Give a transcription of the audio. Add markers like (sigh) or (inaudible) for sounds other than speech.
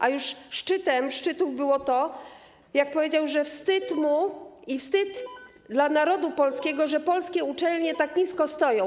A już szczytem szczytów było to, jak powiedział, że wstyd mu (noise) i wstyd dla narodu polskiego, że polskie uczelnie tak nisko stoją.